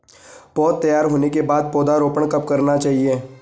पौध तैयार होने के बाद पौधा रोपण कब करना चाहिए?